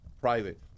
private